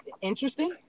interesting